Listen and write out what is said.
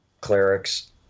clerics